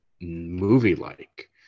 movie-like